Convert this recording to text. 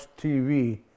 TV